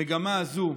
המצב הזאת,